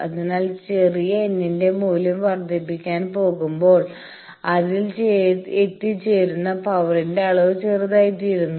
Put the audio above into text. അതിനാൽ ചെറിയ n ന്റെ മൂല്യം വർധിപ്പിക്കാൻ പോകുമ്പോൾ അതിൽ എത്തിച്ചേരുന്ന പവറിന്റെ അളവ് ചെറുതായിത്തീരുന്നു